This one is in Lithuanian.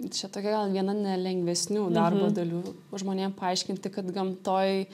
čia tokia gal viena nelengvesnių darbo dalių žmonėm paaiškinti kad gamtoj